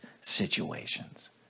situations